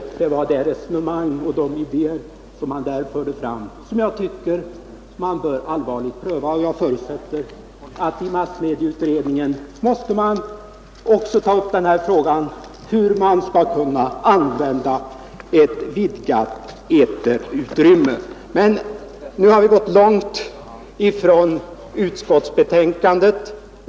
Det resonemang och de idéer han där förde fram tycker jag att man allvarligt bör pröva. Jag förutsätter att man i massmedieutredningen måste ta upp frågan hur man skall använda ett vidgat eterutrymme. Men nu har vi gått långt från utskottsbetänkandet.